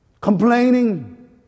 Complaining